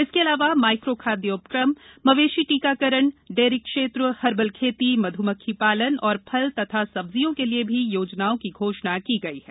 इसके अलावा माइक्रो खादय उपक्रम मवेशी टीकाकरण डेयरी क्षेत्र हर्बल खेती मध्मक्खी पालन और फल तथा सब्जियों के लिए भी योजनाओं की घोषणा की गई है